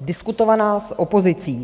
diskutovaná s opozicí.